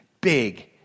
big